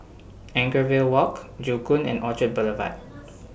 Anchorvale Walk Joo Koon and Orchard Boulevard